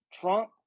Trump